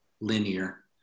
linear